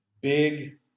big